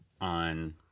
on